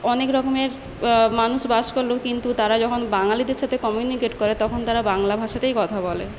অনেক রকমের মানুষ বাস করলেও কিন্তু তারা যখন বাঙালিদের সাথে কমিউনিকেট করে তখন তারা বাংলা ভাষাতেই কথা বলে